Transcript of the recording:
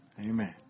Amen